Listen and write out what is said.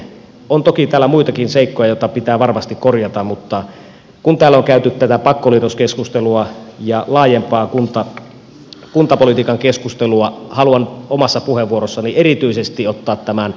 on toki täällä muitakin seikkoja joita pitää varmasti korjata mutta kun täällä on käyty tätä pakkoliitoskeskustelua ja laajempaa kuntapolitiikan keskustelua haluan omassa puheenvuorossani erityisesti ottaa tämän valtionosuusuudistuksen ongelmat esiin